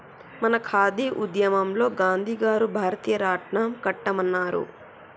మన ఖాదీ ఉద్యమంలో గాంధీ గారు భారతీయ రాట్నం కట్టమన్నారు